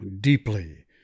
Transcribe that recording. deeply